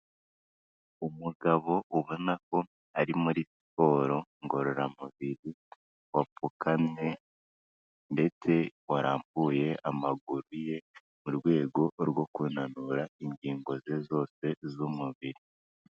Umugabo ubona ko ari muri siporo ngororamubiri, wapfukamye, ndetse warambuye amaguru ye, mu rwego rwo kanura ingingo ze zose z'umubiri.